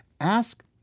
ask